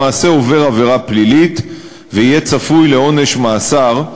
למעשה עובר עבירה פלילית ויהיה צפוי לעונש מאסר.